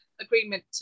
agreement